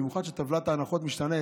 במיוחד כשטבלת ההנחות משתנה,